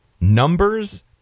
Numbers